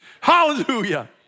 Hallelujah